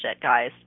guys